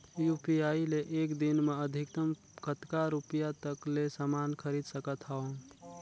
UPI ले एक दिन म अधिकतम कतका रुपिया तक ले समान खरीद सकत हवं?